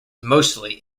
mostly